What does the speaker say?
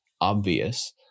obvious